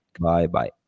Bye-bye